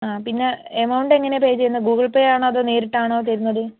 ആ പിന്നെ എമൗണ്ട് എങ്ങനെ പേ ചെയ്യുന്നത് ഗൂഗിൾ പേ ആണോ അതോ നേരിട്ടാണോ തരുന്നത്